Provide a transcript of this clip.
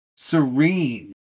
serene